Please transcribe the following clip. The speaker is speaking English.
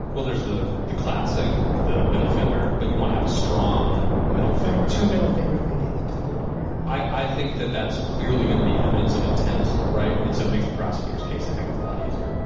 well, there's the the classic, the middle finger. but you want to have a strong middle finger to middle fingers, maybe the double curve i think that that's clearly going to be evidence of intent. right. and so it makes the prosecutor's case a heck of a lot easier